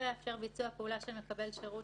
יאפשר ביצוע פעולה בפעם הראשונה של מקבל שירות,